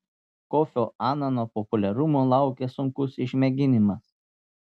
kofio anano populiarumo laukia sunkus išmėginimas